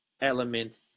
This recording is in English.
element